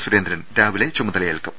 സുരേന്ദ്രൻ രാവിലെ ചുമ തലയേൽക്കും